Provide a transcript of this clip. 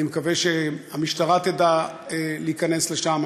אני מקווה שהמשטרה תדע להיכנס לשם.